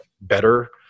better